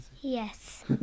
yes